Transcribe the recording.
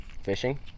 fishing